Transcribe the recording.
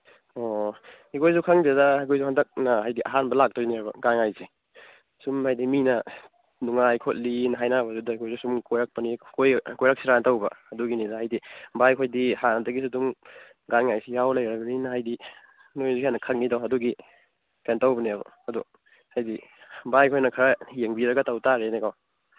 ꯑꯣ ꯑꯩꯈꯣꯏꯁꯨ ꯈꯪꯗꯦꯗ ꯑꯩꯈꯣꯏꯁꯨ ꯍꯟꯗꯛꯅ ꯍꯥꯏꯗꯤ ꯑꯍꯥꯟꯕ ꯂꯥꯛꯇꯣꯏꯅꯤꯕ ꯒꯥꯟꯉꯥꯏꯁꯤ ꯁꯨꯝ ꯍꯥꯏꯗꯤ ꯃꯤꯅ ꯅꯨꯡꯉꯥꯏ ꯈꯣꯠꯂꯤ ꯍꯥꯏꯅꯕꯗꯨꯗ ꯁꯨꯝ ꯀꯣꯏꯔꯛꯁꯤꯔꯥꯅ ꯇꯧꯕ ꯑꯗꯨꯒꯤꯅꯤꯗ ꯍꯥꯏꯗꯤ ꯚꯥꯏꯈꯣꯏꯗꯤ ꯍꯥꯟꯅꯗꯒꯤꯁꯨ ꯑꯗꯨꯝ ꯒꯥꯟꯉꯥꯏꯁꯤ ꯌꯥꯎꯔ ꯂꯩꯔꯕꯅꯤꯅ ꯍꯥꯏꯗꯤ ꯅꯣꯏꯅꯁꯨ ꯍꯦꯟꯅ ꯈꯪꯏꯗꯣ ꯍꯥꯏꯗꯤ ꯀꯩꯅꯣ ꯇꯧꯕꯅꯦꯕ ꯑꯗꯣ ꯍꯥꯏꯗꯤ ꯚꯥꯏꯈꯣꯏꯅ ꯈꯔ ꯌꯦꯡꯕꯤꯔꯒ ꯇꯧ ꯇꯥꯔꯦꯅꯦ ꯀꯣ